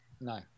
No